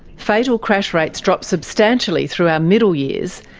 fatal crash rates drop substantially through our middle years,